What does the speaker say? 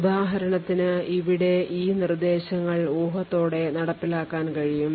ഉദാഹരണത്തിന് ഇവിടെ ഈ നിർദ്ദേശങ്ങൾ ഊഹത്തോടെ നടപ്പിലാക്കാൻ കഴിയും